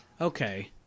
okay